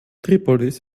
tripolis